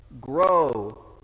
grow